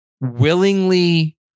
willingly